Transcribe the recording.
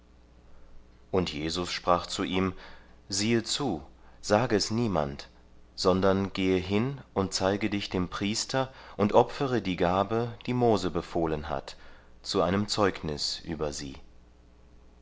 und jesus sprach zu ihm siehe zu sage es niemand sondern gehe hin und zeige dich dem priester und opfere die gabe die mose befohlen hat zu einem zeugnis über sie